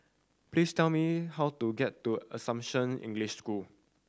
please tell me how to get to Assumption English School